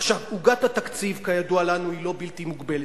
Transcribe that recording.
עוגת התקציב, כידוע לנו, היא לא בלתי מוגבלת.